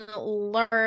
learn